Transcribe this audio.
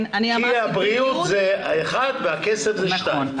הבריאות זה אחד והכסף זה שניים.